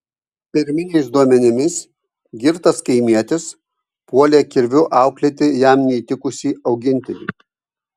pirminiais duomenimis girtas kaimietis puolė kirviu auklėti jam neįtikusį augintinį